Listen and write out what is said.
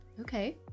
Okay